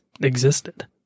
existed